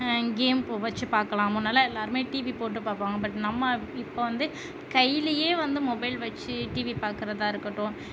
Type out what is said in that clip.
game வச்சு பார்க்கலாம் முன்னெலாம் எல்லாேருமே டிவி போட்டு பார்ப்பாங்க பட் நம்ம இப்போ வந்து கையிலேயே வந்து மொபைல் வச்சு டிவி பார்க்குறதா இருக்கட்டும்